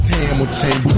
Hamilton